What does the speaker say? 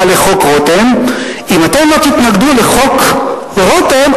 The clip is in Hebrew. לחוק רותם: אם אתם לא תתנגדו לחוק רותם,